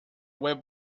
web